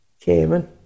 Chairman